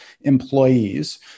employees